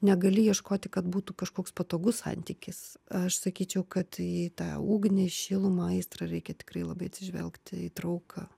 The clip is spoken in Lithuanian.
negali ieškoti kad būtų kažkoks patogus santykis aš sakyčiau kad į tą ugnį šilumą aistrą reikia tikrai labai atsižvelgt į trauką